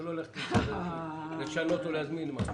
ולא ללכת לשנות או להזמין משהו.....